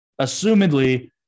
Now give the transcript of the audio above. Assumedly